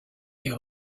est